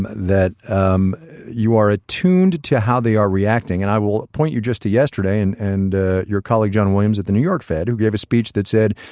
that um you are attuned to how they are reacting. and i will point you just to yesterday and and ah your colleague john williams at the new york fed, who gave a speech that said,